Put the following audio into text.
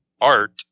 art